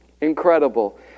Incredible